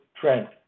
trend